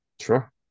Sure